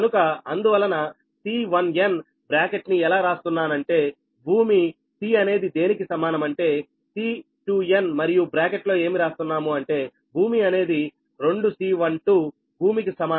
కనుక అందువలన C1n bracket ని ఎలా రాస్తున్నానంటే భూమి C అనేది దేనికి సమానం అంటే C2n మరియు బ్రాకెట్లో ఏమి రాస్తున్నాము అంటే భూమి అనేది 2 C12 భూమికి సమానంగా